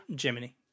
Jiminy